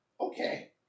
Okay